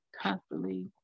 constantly